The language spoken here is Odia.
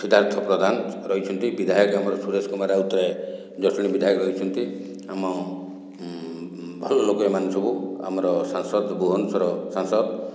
ସିଦ୍ଧାର୍ଥ ପ୍ରଧାନ ରହିଛନ୍ତି ବିଧାୟକ ଆମର ସୁରେଶ କୁମାର ରାଉତରାଏ ଜଟଣୀ ବିଧାୟକ ହୋଇଛନ୍ତି ଆମ ଭଲ ଲୋକ ଏମାନେ ସବୁ ଆମର ସାଂସଦ ଭୁବନେଶ୍ଵର ସାଂସଦ